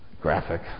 graphic